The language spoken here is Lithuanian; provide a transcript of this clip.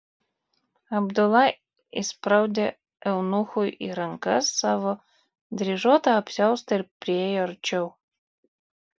abdula įspraudė eunuchui į rankas savo dryžuotą apsiaustą ir priėjo arčiau